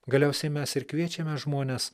galiausiai mes ir kviečiame žmones